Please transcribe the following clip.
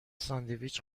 ساندویچ